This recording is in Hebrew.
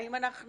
האם אנחנו